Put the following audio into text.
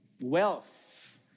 wealth